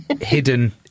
hidden